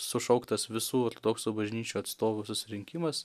sušauktas visų ortodoksų bažnyčių atstovų susirinkimas